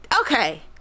okay